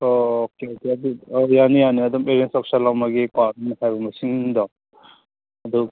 okay okay ꯑꯗꯨ ꯌꯥꯅꯤ ꯌꯥꯅꯤ ꯑꯗꯨꯝ ꯑꯦꯔꯦꯟꯖ ꯇꯧꯁꯜꯂꯝꯃꯒꯦꯀꯣ ꯅꯪꯅ ꯍꯥꯏꯕ ꯃꯁꯤꯡꯗꯣ ꯑꯗꯨ